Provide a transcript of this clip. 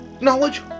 Knowledge